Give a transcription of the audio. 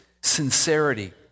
sincerity